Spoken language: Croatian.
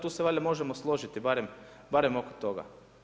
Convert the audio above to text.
Tu se valjda možemo složiti barem oko toga.